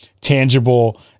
tangible